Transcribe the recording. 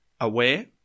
aware